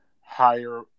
higher